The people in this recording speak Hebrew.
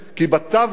כי בתווך,